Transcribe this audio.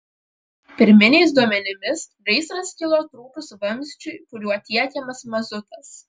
pirminiais duomenimis gaisras kilo trūkus vamzdžiui kuriuo tiekiamas mazutas